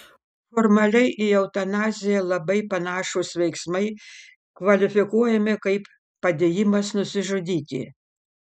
formaliai į eutanaziją labai panašūs veiksmai kvalifikuojami kaip padėjimas nusižudyti